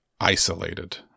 isolated